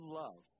love